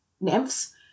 nymphs